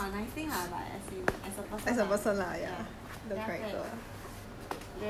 although cheating is not I I mean cheating is not a nice thing lah but as in as a person lah